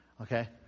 Okay